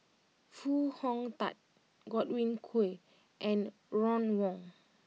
Foo Hong Tatt Godwin Koay and Ron Wong